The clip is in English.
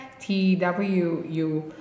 TWU